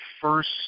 first